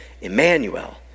Emmanuel